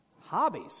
hobbies